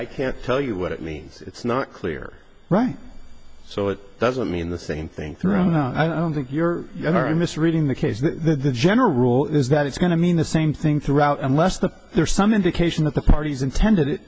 i can't tell you what it means it's not clear right so it doesn't mean the same thing through no i don't think you're going to misreading the case that the general rule is that it's going to mean the same thing throughout unless the there's some indication that the parties intended it